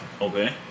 Okay